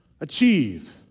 achieve